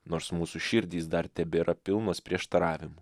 nors mūsų širdys dar tebėra pilnos prieštaravimų